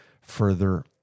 further